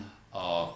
mm